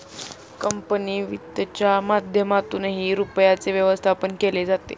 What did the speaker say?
company वित्तच्या माध्यमातूनही रुपयाचे व्यवस्थापन केले जाते